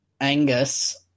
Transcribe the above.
Angus